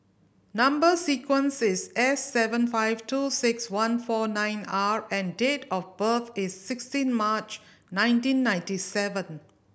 number sequence is S seven five two six one four nine R and date of birth is sixteen March nineteen ninety seven